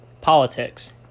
politics